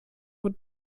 wurde